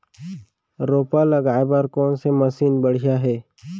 रोपा लगाए बर कोन से मशीन बढ़िया हे?